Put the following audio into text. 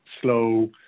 slow